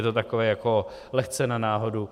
Je to takové jako lehce na náhodu.